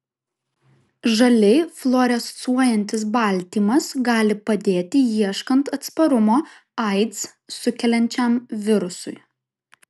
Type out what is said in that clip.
žaliai fluorescuojantis baltymas gali padėti ieškant atsparumo aids sukeliančiam virusui